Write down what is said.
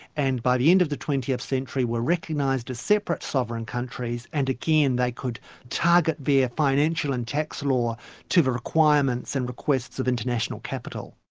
and by the end of the twentieth century, were recognised as separate sovereign countries, and again, they could target their ah financial and tax law to the requirements and requests of international capital.